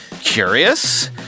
Curious